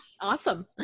Awesome